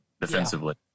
defensively